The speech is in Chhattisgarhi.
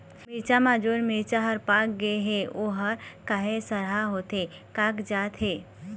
मिरचा म जोन मिरचा हर पाक गे हे ओहर काहे सरहा होथे कागजात हे?